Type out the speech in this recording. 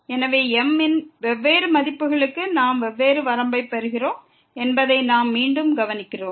எனவே m இன் வெவ்வேறு மதிப்புகளுக்கு நாம் வெவ்வேறு வரம்பைப் பெறுகிறோம் என்பதை நாம் மீண்டும் கவனிக்கிறோம்